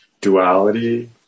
duality